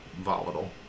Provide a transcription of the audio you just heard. volatile